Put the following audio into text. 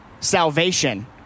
salvation